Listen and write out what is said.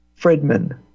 Fredman